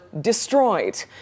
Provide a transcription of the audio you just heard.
destroyed